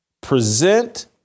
present